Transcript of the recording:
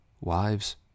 wives